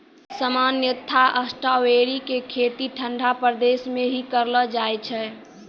सामान्यतया स्ट्राबेरी के खेती ठंडा प्रदेश मॅ ही करलो जाय छै